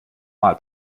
mal